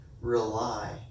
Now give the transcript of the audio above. rely